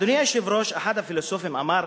אדוני היושב-ראש, אחד הפילוסופים אמר: